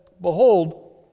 Behold